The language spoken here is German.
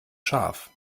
scharf